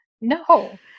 No